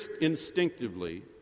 instinctively